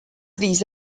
these